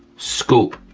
scoop,